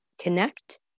connect